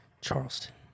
Charleston